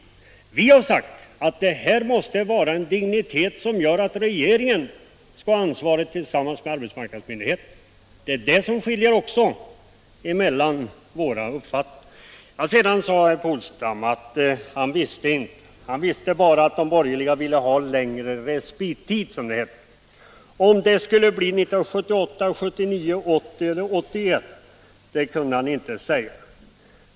Vi har uttalat att den här frågan måste vara av sådan dignitet att regeringen tillsammans med arbetsmarknadsmyndigheterna skall ha ansvaret för den. Också på den punkten skiljer sig våra uppfattningar. Herr Polstam visste bara att de borgerliga ville ha längre respittid, som det hette - om anstalten skulle läggas ned 1978. 1979, 1980 och 1981 kunde han inte säga.